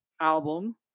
album